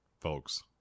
folks